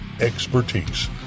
expertise